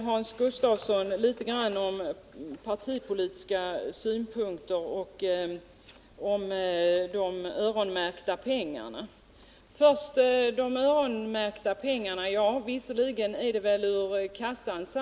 Hans Gustafsson frågade litet om partipolitiska synpunkter och om de öronmärkta pengarna. Visserligen kommer de öronmärkta pengarna ur samma kassa.